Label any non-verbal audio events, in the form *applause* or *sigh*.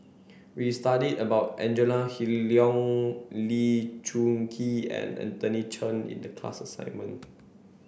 we studied about Angela *unintelligible* Liong Lee Choon Kee and Anthony Chen in the class assignment